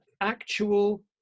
actual